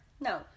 No